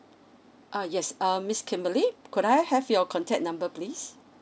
ah yes err miss kimberly could I have your contact number please